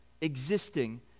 Existing